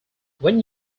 when